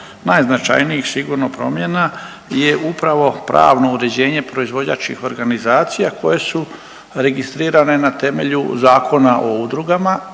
najznačajnijih sigurno, promjena je upravo pravno uređenje proizvođačkih organizacija koje su registrirane na temelju Zakona o udrugama